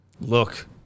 Look